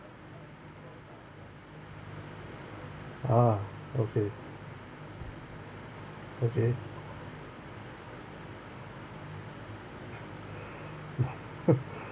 uh okay okay